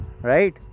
right